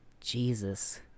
Jesus